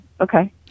okay